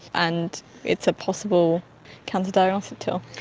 and it's a possible cancer diagnostic tool.